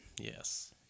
Yes